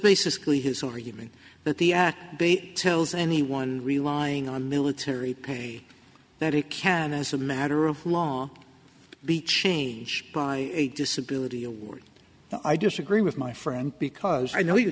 basically his or even that the b tells anyone relying on military pay that it can as a matter of law be changed by a disability award i disagree with my friend because i know you